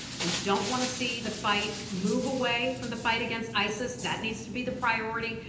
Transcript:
we don't want to see the fight move away from the fight against isis. that needs to be the priority.